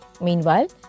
Meanwhile